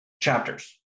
chapters